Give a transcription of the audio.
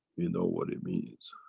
you know what it means.